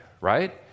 right